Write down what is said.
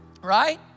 Right